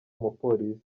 umupolisi